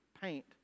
paint